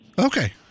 Okay